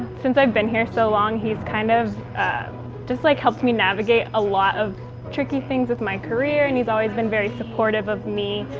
since i've been here so long he's kind of just like helped me navigate a lot of tricky things with my career and he's always been very supportive of me.